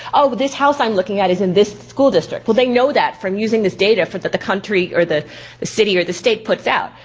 oh this house i'm looking at is in this school district. well they know that from using this data for the country or the the city or the state puts out.